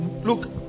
Look